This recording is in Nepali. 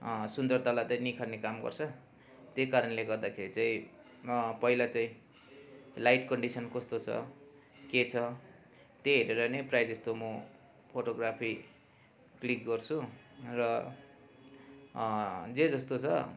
सुन्दरतालाई त्यही निखार्ने काम गर्छ त्यही कारणले गर्दाखेरि चाहिँ पहिला चाहिँ लाइट कन्डिसन कस्तो छ के छ त्यही हेरेर नै प्रायः जस्तो म फोटो ग्राफी क्लिक गर्छु र जे जस्तो छ